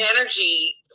energy